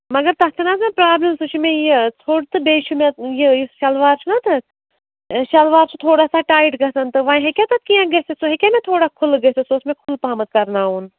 مگر تَتھ چھِنہٕ حظ مےٚ پرٛابلِم سُہ چھُ مےٚ یہِ ژھوٚٹ تہٕ بیٚیہِ چھُ مےٚ یُس شَلوار چھُنَہ تَتھ شَلوار چھُ تھوڑا سا ٹایِٹ گژھن تہٕ وۄنۍ ہیٚکیٛا تَتھ کیٚنٛہہ گٔژھِتھ سُہ ہیٚکیٛا مےٚ تھوڑا کھُلہٕ گٔژھِ سُہ اوس مےٚ کھُل پَہمَتھ کَرناوُن